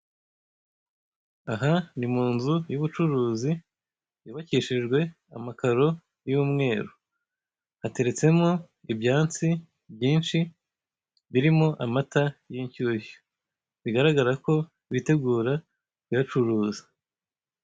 Aha ni mu nzu y'ubucuruzi y'ubakishijwe amakaro y'umweru, hateretsemo ibyansi byinshi birimo amata y'inshyushyu, bigaragara ko bitegura kuyacuruza.